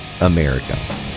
america